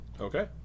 Okay